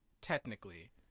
Technically